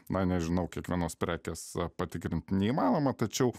na nežinau kiekvienos prekės patikrint neįmanoma tačiau